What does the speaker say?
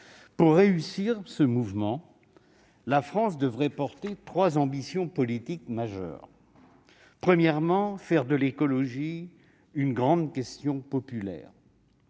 Pour réussir ce mouvement, la France devrait avoir trois ambitions politiques majeures : d'abord, faire de l'écologie une grande question populaire,